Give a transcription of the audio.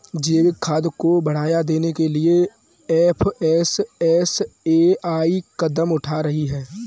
जैविक खाद को बढ़ावा देने के लिए एफ.एस.एस.ए.आई कदम उठा रही है